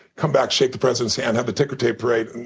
come back, shake the president's hand, have the ticker tape parade.